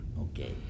Okay